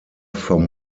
vom